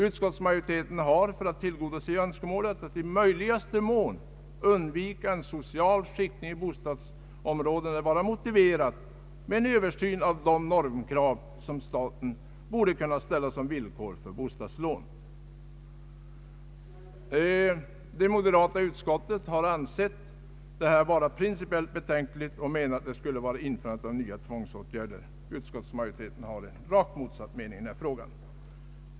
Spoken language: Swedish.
Utskottsmajoriteten har för att tillgodose önskemålet att i möjligaste mån undvika social skiktning i bostadsområden ansett det vara motiverat med en översyn av de normkrav som staten bör kunna ställa som villkor för bostadslån. Representanterna för moderata samlingspartiet i utskottet har ansett detta vara principiellt betänkligt och menat att det skulle innebära ett införande av nya tvångsåtgärder. Utskottsmajoriteten har rakt motsatt uppfattning i denna fråga.